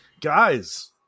guys